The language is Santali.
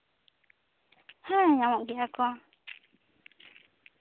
ᱦᱮᱸ ᱧᱟᱢᱚᱜ ᱜᱮᱭᱟ ᱠᱚ